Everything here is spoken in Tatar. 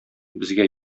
безгә